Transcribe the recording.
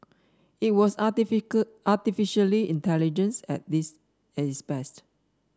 it was artificially intelligence at this its best